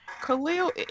Khalil